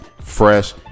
fresh